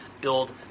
build